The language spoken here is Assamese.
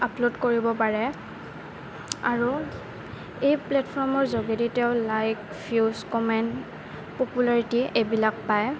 আপলোড কৰিব পাৰে আৰু এই প্লেটফৰ্মৰ যোগেদি তেওঁ লাইক ভিউজ কমেণ্ট পপুলাৰিটি এইবিলাক পায়